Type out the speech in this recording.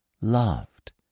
loved